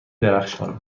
درخشان